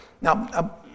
Now